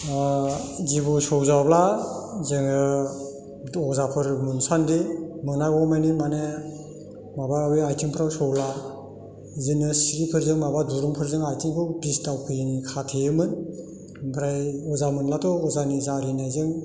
जिबौ सौजाब्ला जोङो अजाफोर मोनसानदि मोनागौमानि माने माबा बे आथिंफ्राव सौब्ला बिदिनो सिरिफोरजों माबा दुरुंफोरजों आथिंखौ बिस दावखोयैनि खाथेयोमोन ओमफ्राय अजा मोनब्लाथ' अजानि जारिनायजों